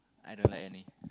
I don't like any